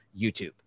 YouTube